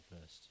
first